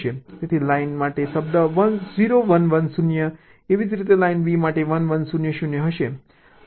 તેથી line A માટે શબ્દ 0 1 1 0 હશે એવી જ રીતે લાઈન B માટે શબ્દ 1 1 0 0 હશે